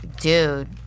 Dude